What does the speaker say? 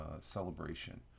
celebration